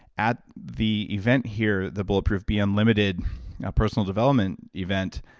at the event here, the bulletproof be unlimited personal development event,